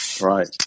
right